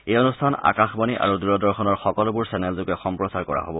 এই অনুষ্ঠান আকাশবাণী আৰু দূৰদৰ্শনৰ সকলোবোৰ চেনেলযোগে সম্প্ৰচাৰ কৰা হব